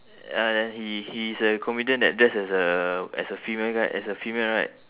ah he he's a comedian that dress as a as a female guy as a female right